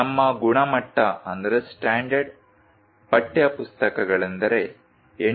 ನಮ್ಮ ಗುಣಮಟ್ಟ ಪಠ್ಯಪುಸ್ತಕಗಳೆಂದರೆ ಎನ್